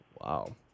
Wow